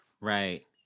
right